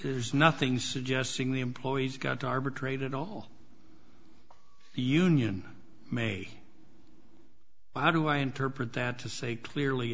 there's nothing suggesting the employees got to arbitrate at all the union may well how do i interpret that to say clearly